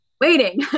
waiting